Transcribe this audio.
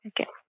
Okay